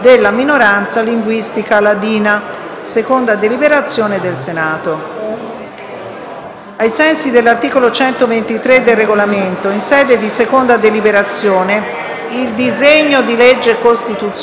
dei deputati. Ricordo che, ai sensi dell'articolo 123 del Regolamento, in sede di seconda deliberazione, il disegno di legge costituzionale, dopo la discussione generale,